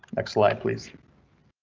next slide, please.